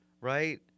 right